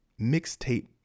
Mixtape